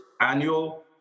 annual